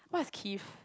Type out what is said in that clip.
what's kith